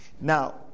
Now